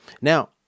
Now